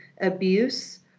abuse